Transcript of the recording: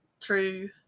true